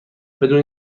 بدون